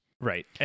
Right